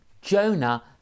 Jonah